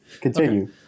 Continue